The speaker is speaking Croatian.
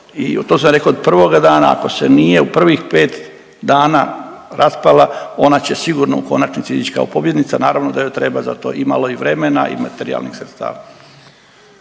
i to sam rekao prvog dana, ako se nije u prvih 5 dana raspala, ona će sigurno u konačnici izići kao pobjednica, naravno da joj treba za to i malo vremena i materijalnih sredstava.